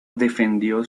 defendió